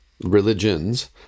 religions